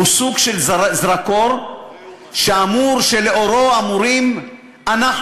שהוא סוג של זרקור שלאורו אמורים אנחנו,